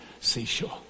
seashore